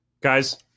guys